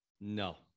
no